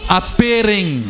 appearing